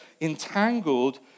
entangled